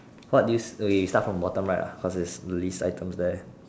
what do this okay we start from bottom right ah cause it's the least items there